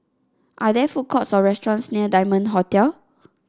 are there food courts or restaurants near Diamond Hotel